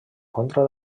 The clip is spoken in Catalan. contra